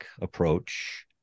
approach